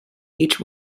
each